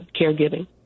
caregiving